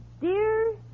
dear